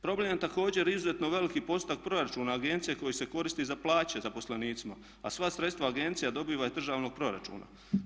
Problem je također izuzetno veliki postotak proračuna agencije koji se koristi za plaće zaposlenicima a sva sredstva agencija dobiva iz državnog proračuna.